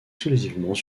exclusivement